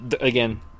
again